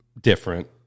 different